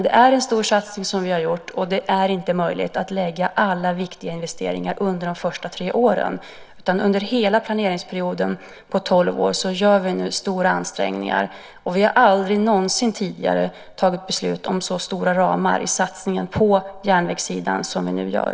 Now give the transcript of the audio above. Det är en stor satsning som vi har gjort, och det är inte möjligt att lägga alla viktiga investeringar under de första tre åren. Under hela planeringsperioden på tolv år gör vi nu stora ansträngningar. Vi har aldrig någonsin tidigare tagit beslut om så stora ramar i satsningen på järnvägssidan som vi nu gör.